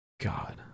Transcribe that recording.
God